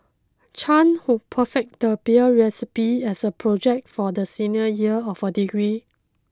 Chan who perfected the beer recipe as a project for the senior year of her degree